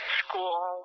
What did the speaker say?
school